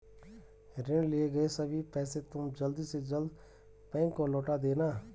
ऋण लिए गए सभी पैसे तुम जल्द से जल्द बैंक को लौटा देना